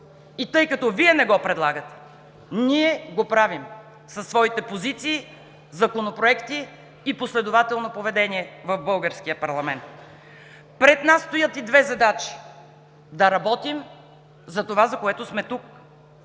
и тъй като Вие не го предлагате, ние го правим със своите позиции, законопроекти и последователно поведение в българския парламент! Пред нас стоят и две задачи – да работим за това, за което сме тук,